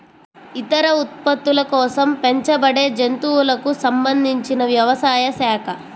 ఇతర ఉత్పత్తుల కోసం పెంచబడేజంతువులకు సంబంధించినవ్యవసాయ శాఖ